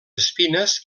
espines